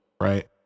right